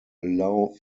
allow